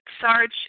Sarge